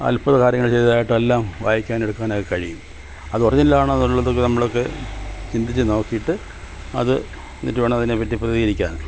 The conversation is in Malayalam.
അത്ഭുത കാര്യങ്ങൾ ചെയ്തതായിട്ടെല്ലാം വായിക്കാനെടുക്കാനൊക്കെ കഴിയും അത് ഒർജിനലാണോ എന്നുള്ളതൊക്കെ നമ്മൾക്ക് ചിന്തിച്ച് നോക്കീട്ട് അത് എന്നിട്ട് വേണം അതിനെപ്പറ്റി പ്രതികരിക്കാൻ